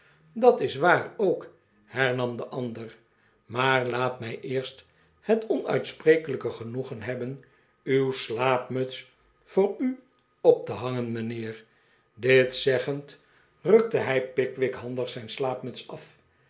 dat is waar ook r hernam de ander maar laat mij eerst het onuitsprekelijke genoegen hebben uw slaapmuts voor u op te hangen mijnheer dit zeggend rukte hij pickwick handig zijn slaapmuts a